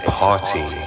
party